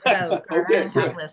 Okay